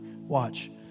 watch